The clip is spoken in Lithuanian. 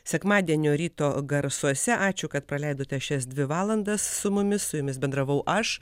sekmadienio ryto garsuose ačiū kad praleidote šias dvi valandas su mumis su jumis bendravau aš